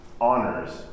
honors